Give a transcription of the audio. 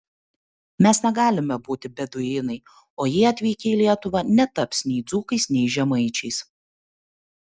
mes negalime būti beduinai o jie atvykę į lietuvą netaps nei dzūkais nei žemaičiais